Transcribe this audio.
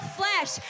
flesh